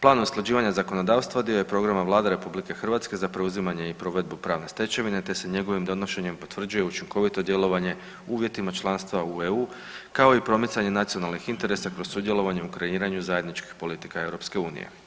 Plan usklađivanja zakonodavstva dio je programa Vlade RH za preuzimanje i provedbu pravne stečevine, te se njegovim donošenjem utvrđuje učinkovito djelovanje u uvjetima članstva u EU kao i promicanje nacionalnih interesa kroz sudjelovanje u kreiranju zajedničkih politika EU.